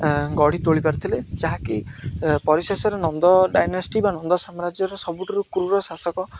ଗଢ଼ି ତୋଳି ପାରିଥିଲେ ଯାହାକି ପରିଶେଷରେ ନନ୍ଦ ଡାଇନେଷ୍ଟି ବା ନନ୍ଦ ସାମ୍ରାଜ୍ୟର ସବୁଠାରୁ କ୍ରୁର ଶାସକ